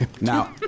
Now